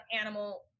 animal